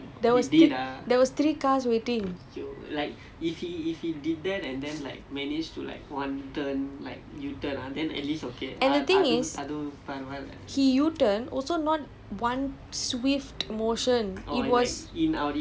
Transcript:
he did there was there was three cars waiting and the thing is